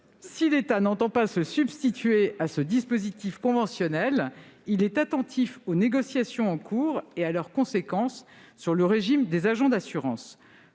si l'État n'entend pas se substituer à ce dispositif conventionnel, il est attentif aux négociations en cours et à leurs conséquences sur le régime des agents d'assurances.